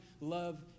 love